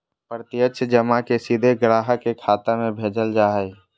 प्रत्यक्ष जमा के सीधे ग्राहक के खाता में भेजल जा हइ